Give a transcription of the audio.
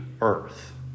earth